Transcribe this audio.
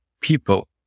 people